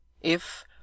If